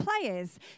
players